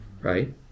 Right